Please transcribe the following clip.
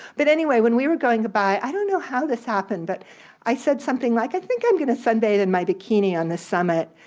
but anyway, when we were going by, i don't know how this happened, but i said something like, i think i'm going to sun bathe in my bikini on this summit.